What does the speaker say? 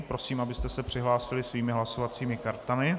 Prosím, abyste se přihlásili svými hlasovacími kartami.